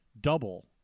double